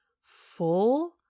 full